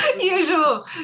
Usual